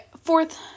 fourth